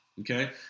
Okay